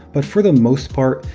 but for the most part,